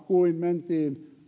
kuin mentiin